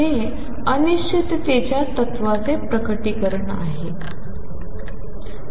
हे अनिश्चिततेच्या तत्त्वाचे प्रकटीकरण आहे